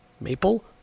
maple